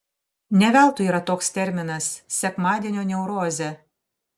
ne veltui yra toks terminas sekmadienio neurozė